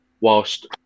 whilst